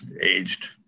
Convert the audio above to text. aged